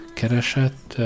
keresett